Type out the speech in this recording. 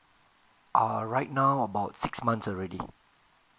ah right now about six months already